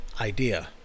idea